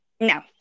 No